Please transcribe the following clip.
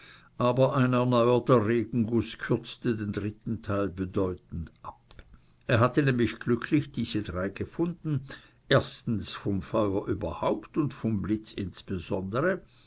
aber ein erneuerter regenguß kürzte den dritten teil bedeutend ab er hatte nämlich glücklich diese drei gefunden vom feuer überhaupt und vom blitz insbesondere